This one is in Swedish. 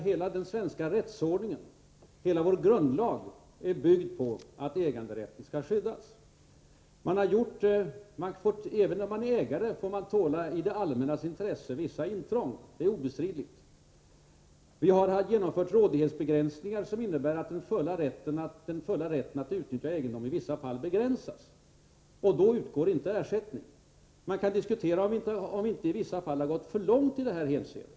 Hela den svenska rättsordningen, hela vår grundlag bygger på att äganderätten skall skyddas. Även när man är ägare får man, i det allmännas intresse, tåla vissa intrång. Det är obestridligt. Vi har genomfört rådighetsbegränsningar som innebär att den fulla rätten att utnyttja egendom i vissa fall begränsas, och då utgår ingen ersättning. Man kan diskutera om vi inte i vissa fall har gått för långt i detta hänseende.